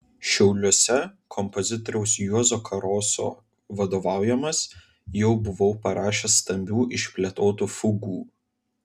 šiauliuose kompozitoriaus juozo karoso vadovaujamas jau buvau parašęs stambių išplėtotų fugų